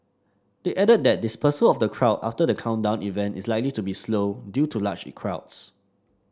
they added that dispersal of the crowd after the countdown event is likely to be slow due to large crowds